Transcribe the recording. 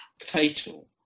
fatal